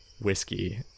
whiskey